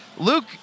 Luke